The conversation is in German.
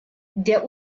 der